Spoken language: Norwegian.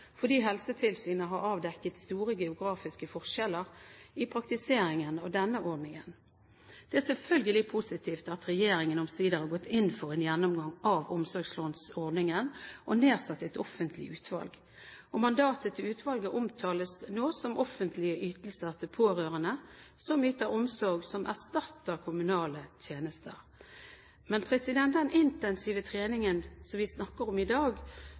fordi Helsetilsynet har avdekket store geografiske forskjeller i praktiseringen av denne ordningen. Det er selvfølgelig positivt at regjeringen omsider har gått inn for en gjennomgang av omsorgslønnsordningen og har nedsatt et offentlig utvalg. Mandatet til utvalget omtales nå som «å utrede offentlige ytelser til pårørende som yter omsorg som erstatter kommunale tjenester». Men den intensive treningen som vi snakker om i dag,